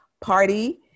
party